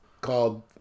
called